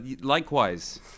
likewise